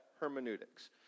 hermeneutics